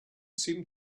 seemed